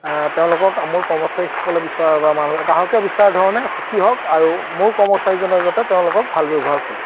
তেওঁলোকক মোৰ কৰ্মচাৰীসকলে বিচৰা বা মানুহে গ্ৰাহকে বিচাৰ ধৰণে সুখী হওক আৰু মোৰ কৰ্মচাৰীজনৰ যাতে তেওঁলোকক ভাল ব্যৱহাৰ কৰে